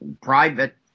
private